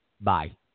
Bye